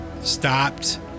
stopped